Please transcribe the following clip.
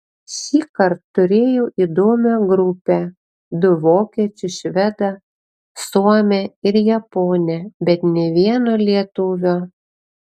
šįkart turėjau įdomią grupę du vokiečius švedą suomę ir japonę bet nė vieno lietuvio